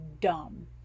dumb